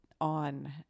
on